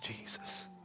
Jesus